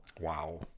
Wow